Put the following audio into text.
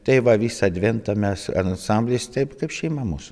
tai va visą adventą mes ansamblis taip kaip šeima mus